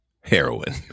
heroin